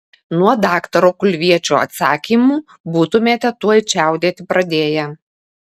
nuo daktaro kulviečio atsakymų būtumėte tuoj čiaudėti pradėję